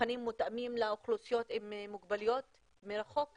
המבחנים מותאמים לאוכלוסיות עם מוגבלויות מרחוק,